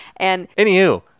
Anywho